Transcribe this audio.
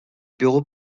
bureau